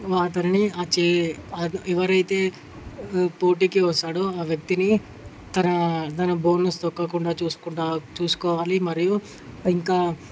అతనిని ఆ చేయ్ ఎవరైతే పోటీకి వస్తాడో ఆ వ్యక్తిని తన తన బోనస్ తొక్కకుండా చూసుకుంటా చూసుకోవాలి మరియు ఇంకా